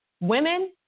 Women